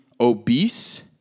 obese